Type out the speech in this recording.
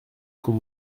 qu’on